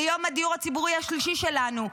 וזה יום הדיור הציבורי השלישי שלנו.